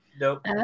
Nope